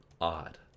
odd